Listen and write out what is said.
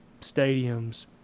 stadiums